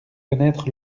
connaître